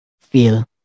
feel